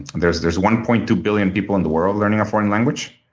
there's there's one point two billion people in the world learning a foreign language,